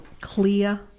clear